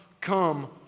come